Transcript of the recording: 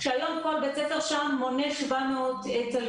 שהיום כל בית ספר שם מונה 700 תלמידים.